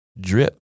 drip